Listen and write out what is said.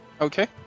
Okay